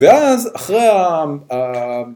ואז אחרי ה...